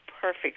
perfect